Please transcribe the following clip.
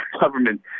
government